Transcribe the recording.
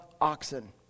oxen